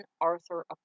Arthur